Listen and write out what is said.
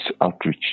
outreach